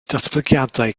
datblygiadau